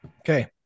Okay